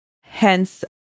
Hence